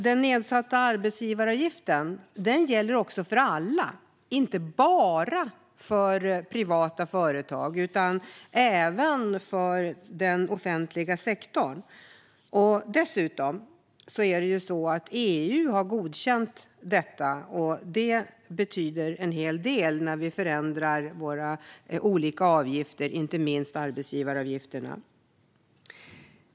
Den nedsatta arbetsgivaravgiften gäller alla, inte bara privata företag utan även den offentliga sektorn. Dessutom har EU godkänt detta, vilket betyder en hel del när vi förändrar våra olika avgifter, inte minst arbetsgivaravgifterna.